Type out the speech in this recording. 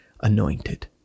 anointed